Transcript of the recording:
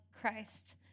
Christ